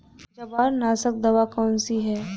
जवार नाशक दवा कौन सी है?